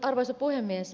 arvoisa puhemies